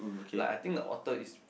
like I think the author is